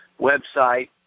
website